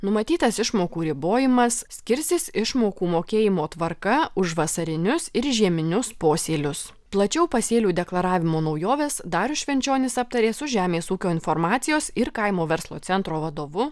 numatytas išmokų ribojimas skirsis išmokų mokėjimo tvarka už vasarinius ir žieminius posėlius plačiau pasėlių deklaravimo naujoves darius švenčionis aptarė su žemės ūkio informacijos ir kaimo verslo centro vadovu